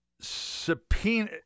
subpoena